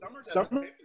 Summer